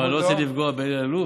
אבל אני לא רוצה לפגוע באלי אלאלוף.